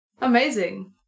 Amazing